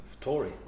Tory